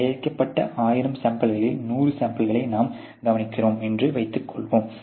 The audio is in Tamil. தயாரிக்கப்பட்ட ஆயிரம் சாம்பிள்களில் 100 சாம்பிள்களை நாம் கவனிக்கிறோம் என்று வைத்துக்கொள்வோம்